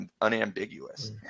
unambiguous